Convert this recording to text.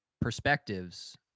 perspectives